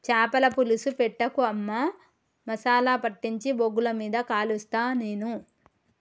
చాపల పులుసు పెట్టకు అమ్మా మసాలా పట్టించి బొగ్గుల మీద కలుస్తా నేను